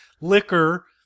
liquor